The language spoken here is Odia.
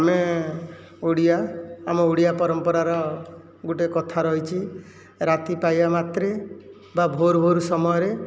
ଆମେ ଓଡ଼ିଆ ଆମ ଓଡ଼ିଆ ପରମ୍ପରାର ଗୋଟିଏ କଥା ରହିଛି ରାତି ପାହିବା ମାତ୍ରେ ବା ଭୋର୍ ଭୋର୍ରୁ ସମୟରେ